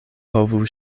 povu